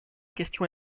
questions